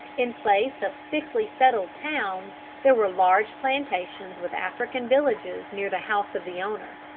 in place of thickly-settled towns there were large plantations with african villages near the house of the owner.